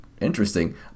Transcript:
interesting